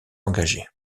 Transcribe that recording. engagée